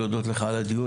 להודות לך על הדיונים,